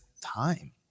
time